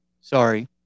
Sorry